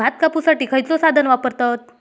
भात कापुसाठी खैयचो साधन वापरतत?